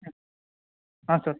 ಹಾಂ ಸರ್